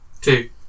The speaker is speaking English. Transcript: Two